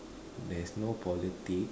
there's no politics